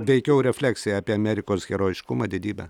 veikiau refleksija apie amerikos herojiškumą didybę